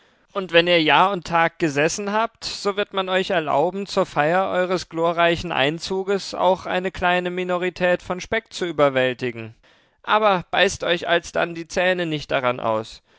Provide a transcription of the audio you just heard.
und wenn ihr jahr und tag gesessen habt so wird man euch erlauben zur feier eures glorreichen einzuges auch eine kleine minorität von speck zu überwältigen aber beißt euch alsdann die zähne nicht daran aus